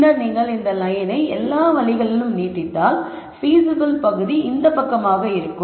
பின்னர் நீங்கள் இந்த லயனை எல்லா வழிகளிலும் நீட்டித்தால் பீசிபில் பகுதி இந்த பக்கமாக இருக்கும்